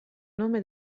nome